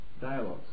dialogues